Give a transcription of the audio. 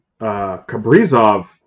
kabrizov